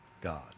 God